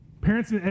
Parents